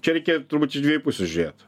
čia reikia turbūt iš dviejų pusių žiūrėt